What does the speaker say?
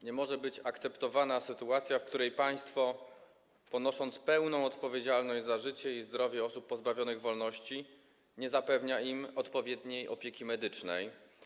Nie może być akceptowana sytuacja, w której państwo, ponosząc pełną odpowiedzialność za życie i zdrowie osób pozbawionych wolności, nie zapewnia im odpowiedniej opieki medycznej.